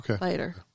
later